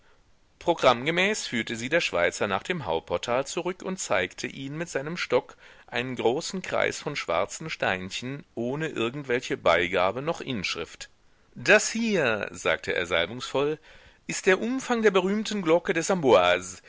programmgemäß führte sie der schweizer nach dem hauptportal zurück und zeigte ihnen mit seinem stock einen großen kreis von schwarzen steinchen ohne irgendwelche beigabe noch inschrift das hier sagte er salbungsvoll ist der umfang der berühmten glocke des